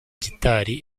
gitari